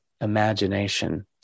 imagination